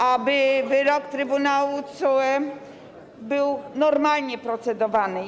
aby wyrok Trybunału, TSUE, był normalnie procedowany.